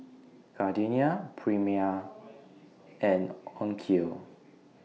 Gardenia Prima and Onkyo